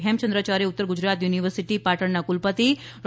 Hemchandracharya Uttar Gujarat University પાટણના કુલપતિ ડો